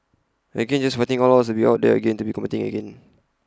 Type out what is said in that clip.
again just fighting all odds to be out there again to be competing again